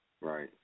Right